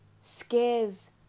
scares